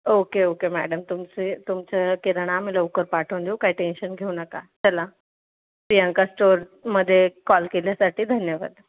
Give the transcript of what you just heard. okay okay madam तुमची तुमचं किराणा आम्ही लवकर पाठवून देऊ काही टेन्शन घेऊ नका चला प्रियांका स्टोरमध्ये कॉल केल्यासाठी धन्यवाद